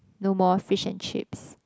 no more fish and chips